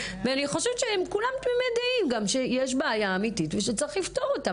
ואני חושבת שכולם תמימי דעים שיש בעיה אמיתית ושצריך לפתור אותה,